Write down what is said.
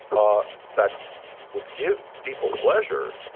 ah that would give people pleasure,